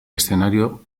escenario